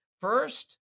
First